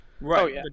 Right